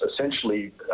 essentially